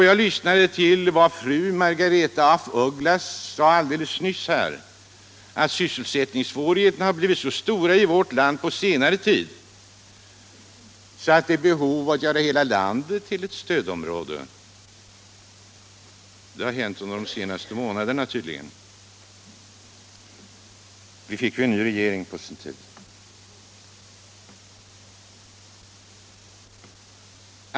Jag lyssnade till vad fru Margaretha af Ugglas här alldeles nyss sade om att sysselsättningssvårigheterna har blivit så stora i vårt land på senare tid att vi skulle ha behov av att göra hela landet till ett stödområde. Detta har tydligen hänt under de senaste månaderna — vi fick ju en ny regering i höst.